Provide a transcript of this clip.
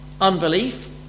unbelief